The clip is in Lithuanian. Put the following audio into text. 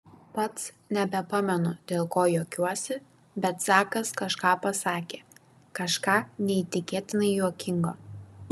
pats nebepamenu dėl ko juokiuosi bet zakas kažką pasakė kažką neįtikėtinai juokingo